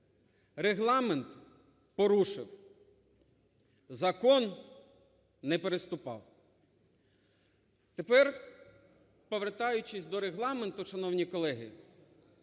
Регламент– порушив, закон – не переступав. Тепер, повертаючись до Регламенту, шановні колеги,